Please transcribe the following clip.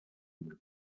twitter